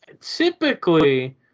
typically